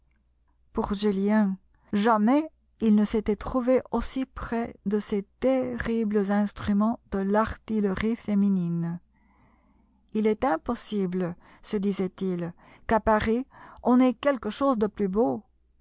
pour julien jamais il ne s'était trouvé aussi près de ces terribles instruments de l'artillerie féminine il est impossible se disait-il qu'à paris on ait quelque chose de plus beau